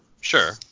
sure